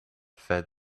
fed